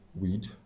weed